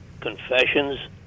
Confessions